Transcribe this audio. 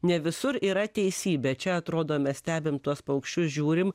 ne visur yra teisybė čia atrodo mes stebim tuos paukščius žiūrim